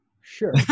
Sure